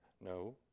No